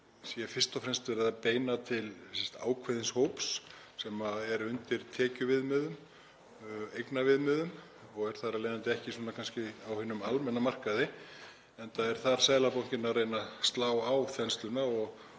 fyrst og fremst beint til ákveðins hóps sem er undir tekjuviðmiðum og eignaviðmiðum og er þar af leiðandi ekki á hinum almenna markaði — enda er Seðlabankinn að reyna að slá á þensluna